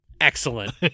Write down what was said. excellent